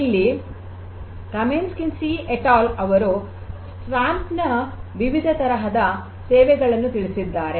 ಇಲ್ಲಿ Kamienski et al ಅವರು swamp ನ ವಿವಿಧ ತರಹದ ಸೇವೆಗಳನ್ನು ತಿಳಿಸಿದ್ದಾರೆ